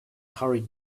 hurried